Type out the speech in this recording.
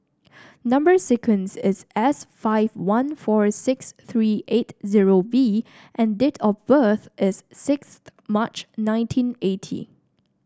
number sequence is S five one four six three eight zero B and date of birth is sixth March nineteen eighty